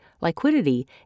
liquidity